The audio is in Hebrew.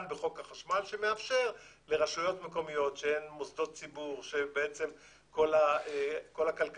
בחוק החשמל שמאפשר לרשויות מקומיות שהן מוסדות ציבור שכל הכלכלה